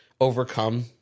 overcome